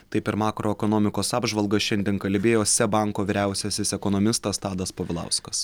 taip per makro ekonomikos apžvalgą šiandien kalbėjo seb banko vyriausiasis ekonomistas tadas povilauskas